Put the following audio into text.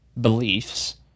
beliefs